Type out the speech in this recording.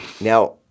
Now